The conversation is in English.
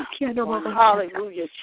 Hallelujah